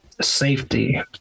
safety